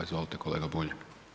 Izvolite kolega Bulj.